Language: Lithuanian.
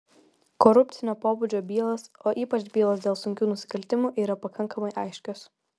korupcinio pobūdžio bylos o ypač bylos dėl sunkių nusikaltimų yra pakankamai aiškios